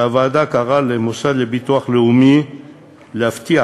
והוועדה קראה למוסד לביטוח לאומי להבטיח